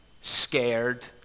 scared